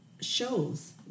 shows